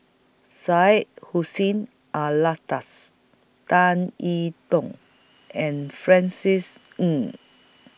Syed Hussein Alatas Tan E Tong and Francis Ng